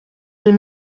deux